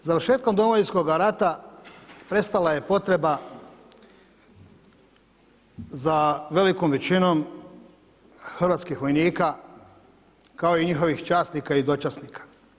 Završetkom Domovinskoga rata prestala je potreba za velikom većinom hrvatskih vojnika kao i njihovih časnika i dočasnika.